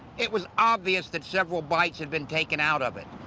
it was obvious that several bites had been taken out of it.